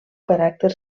caràcter